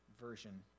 version